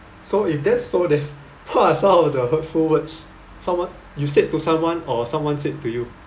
so if that so def~ how I found the hurtful words someone you said to someone or someone said to you